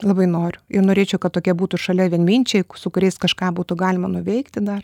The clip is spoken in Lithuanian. labai noriu ir norėčiau kad tokie būtų šalia vienminčiai su kuriais kažką būtų galima nuveikti dar